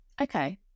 Okay